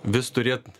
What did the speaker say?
vis turėt